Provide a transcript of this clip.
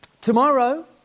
Tomorrow